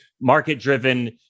market-driven